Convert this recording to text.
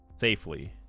safely